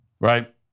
right